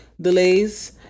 delays